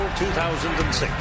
2006